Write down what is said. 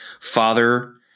father